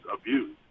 abused